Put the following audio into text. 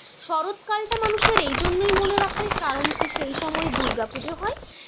শরৎকালটা মানুষের এই জন্যই মনে রাখে কারণ কি সেই সময় দুর্গা পুজো হয়